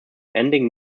ending